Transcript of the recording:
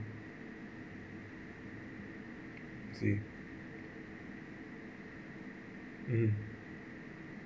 I see mm